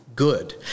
good